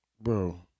bro